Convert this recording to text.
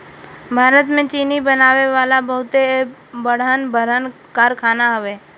भारत में चीनी बनावे वाला बहुते बड़हन बड़हन कारखाना हवे